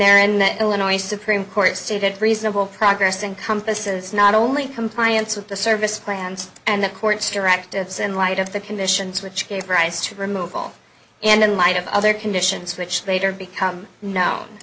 that illinois supreme court stupid reasonable progress encompasses not only compliance with the service plans and the court's directives in light of the conditions which gave rise to removal and in light of other conditions which later become known